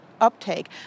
uptake